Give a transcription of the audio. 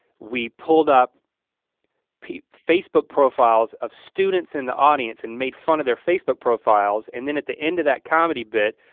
we pulled up facebook profiles of students in the audience and made fun of their facebook profiles. and then at the end of that comedy bit,